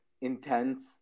intense